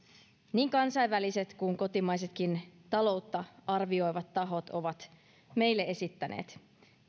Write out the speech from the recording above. niin kansainväliset kuin kotimaisetkin taloutta arvioivat tahot ovat meille esittäneet